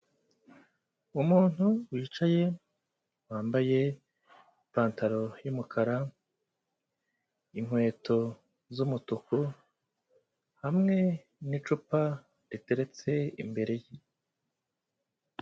Umuntu wicaye wambaye ipantaro y'umukara, inkweto z'umutuku, hamwe n'icupa riteretse imbere ye.